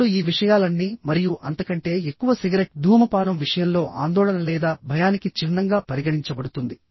ఇప్పుడు ఈ విషయాలన్నీ మరియు అంతకంటే ఎక్కువ సిగరెట్ ధూమపానం విషయంలో ఆందోళన లేదా భయానికి చిహ్నంగా పరిగణించబడుతుంది